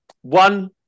one